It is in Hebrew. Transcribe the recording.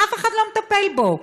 אף אחד לא מטפל בו.